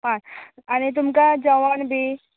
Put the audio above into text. पांच आनी तुमकां जेवण बी